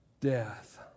death